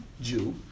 Jew